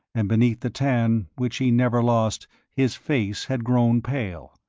and beneath the tan which he never lost his face had grown pale.